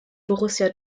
borussia